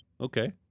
Okay